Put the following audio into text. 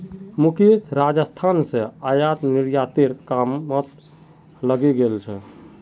मुकेश राजस्थान स आयात निर्यातेर कामत लगे गेल छ